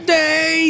day